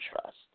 trust